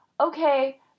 Okay